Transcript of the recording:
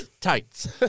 Tights